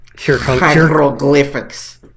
Hieroglyphics